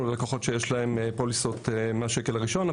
ללקוחות שיש להם פוליסות מהשקל הראשון,